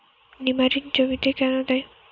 নিমারিন জমিতে কেন দেয়?